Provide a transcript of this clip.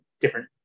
different